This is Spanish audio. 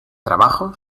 trabajo